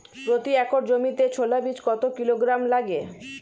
প্রতি একর জমিতে ছোলা বীজ কত কিলোগ্রাম লাগে?